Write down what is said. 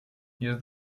jest